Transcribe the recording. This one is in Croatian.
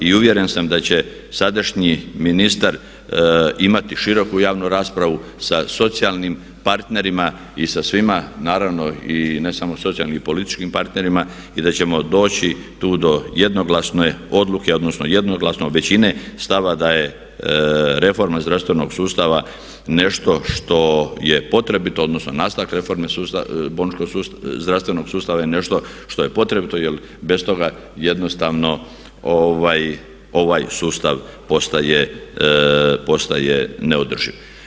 I uvjeren sam da će sadašnji ministar imati široku javnu raspravu sa socijalnim partnerima i sa svima, naravno i ne samo socijalnim i političkim partnerima i da ćemo doći tu do jednoglasne odluke, odnosno jednoglasne većine stava da je reforma zdravstvenog sustava nešto što je potrebito, odnosno nastavak reforme sustava, bolničkog sustav, zdravstvenog sustava je nešto što je potrebito jer bez toga jednostavno ovaj sustav postaje neodrživ.